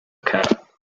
cap